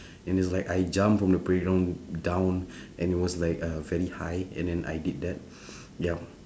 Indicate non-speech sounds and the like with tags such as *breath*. *breath* and is like I jump from the playground down *breath* and it was like uh very high and then I did that *breath* yup